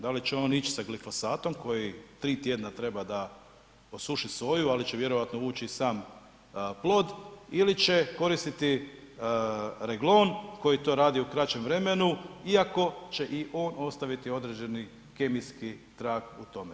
Da li će on ići sa glifosatom koji 3 tjedna treba da posuši soju, ali će vjerojatno ući u sam plod ili će koristiti Reglone, koji to radi u kraćem vremenu, iako će i on ostaviti određeni kemijski trag u tome.